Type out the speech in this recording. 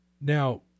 Now